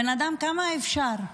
כמה אפשר?